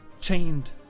chained